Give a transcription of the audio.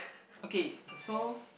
okay so